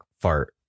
fart